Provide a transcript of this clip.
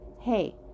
hey